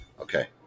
Okay